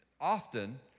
often